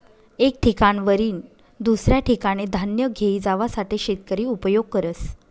एक ठिकाणवरीन दुसऱ्या ठिकाने धान्य घेई जावासाठे शेतकरी उपयोग करस